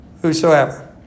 whosoever